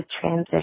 transition